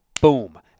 boom